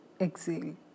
exhale